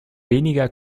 weniger